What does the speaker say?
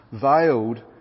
veiled